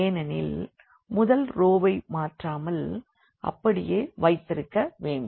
ஏனெனில் முதல் ரோவை மாற்றாமல் அப்படியே வைத்திருக்க வேண்டும்